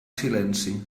silenci